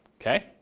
Okay